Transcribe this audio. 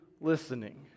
listening